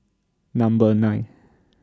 Number nine